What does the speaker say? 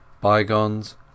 Bygones